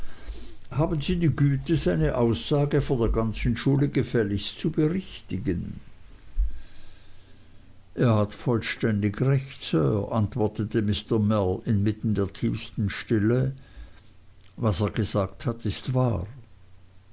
haben sie die güte seine aussage vor der ganzen schule gefälligst zu berichtigen er hat vollständig recht sir antwortete mr mell inmitten der tiefsten stille was er gesagt hat ist wahr